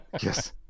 Yes